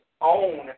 own